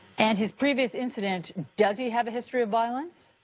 and his previous incident, does he have a history of violence?